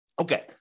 Okay